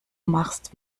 machst